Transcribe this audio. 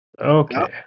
okay